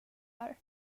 här